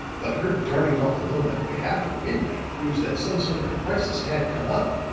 but her darting off alone that way after midnight proves that some sort of a crisis had come up.